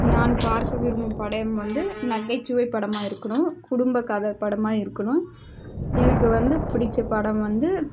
நான் பார்க்க விரும்பும் படம் வந்து நகைச்சுவை படமாக இருக்கணும் குடும்ப கதை படமாக இருக்கணும் எனக்கு வந்து பிடிச்ச படம் வந்து